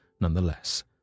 nonetheless